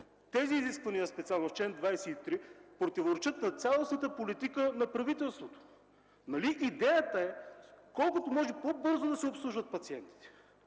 тези изисквания – специално в чл. 23, противоречат на цялостната политика на правителството. Нали идеята е колкото може по-бързо да се обслужват пациентите,